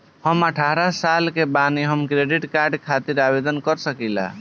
हम अठारह साल के बानी हम क्रेडिट कार्ड खातिर आवेदन कर सकीला?